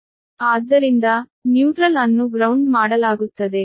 ಆದ್ದರಿಂದ ನ್ಯೂಟ್ರಲ್ ಅನ್ನು ಗ್ರೌಂಡ್ ಮಾಡಲಾಗುತ್ತದೆ